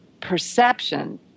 perception